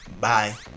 Bye